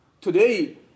Today